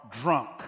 drunk